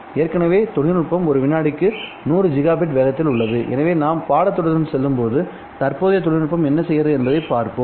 எனவே தற்போதைய தொழில்நுட்பம் ஒரு வினாடிக்கு 100 ஜிகாபிட் வேகத்தில் உள்ளது எனவே நாம் பாடத்திட்டத்துடன் செல்லும்போது தற்போதைய தொழில்நுட்பம் என்ன செய்கிறது என்பதைப் பார்ப்போம்